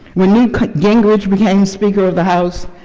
when newt gingrich became speaker of the house,